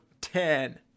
ten